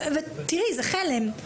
זה חלם,